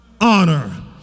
honor